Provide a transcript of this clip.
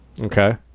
okay